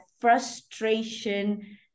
frustration